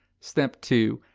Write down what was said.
step two.